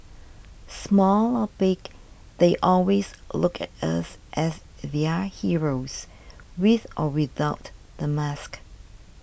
small or big they always look at us as their heroes with or without the mask